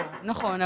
נכון.